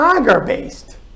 agar-based